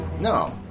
no